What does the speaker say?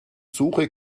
suche